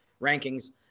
rankings